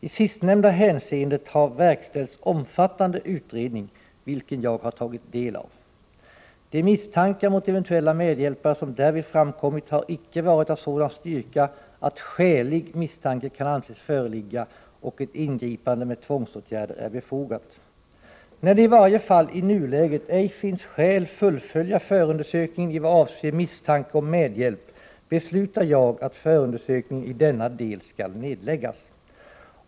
I sistnämnda hänseendet har verkställts omfattande utredning, vilken jag har tagit del av. De misstankar mot eventuella medhjälpare som därvid framkommit har icke varit av sådan styrka att skälig misstanke kan anses föreligga och ett ingripande med tvångsåtgärder är befogat. När det i varje fall i nuläget ej finns skäl fullfölja förundersökningen i vad avser misstanke om medhjälp, beslutar jag att förundersökningen i denna del skall nedläggas.